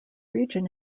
region